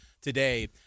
today